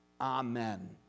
Amen